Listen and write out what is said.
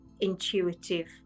intuitive